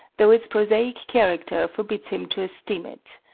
though its prosaic character forbids him to esteem it.